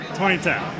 2010